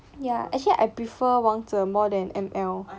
ya actually I prefer wangzhe more than M_L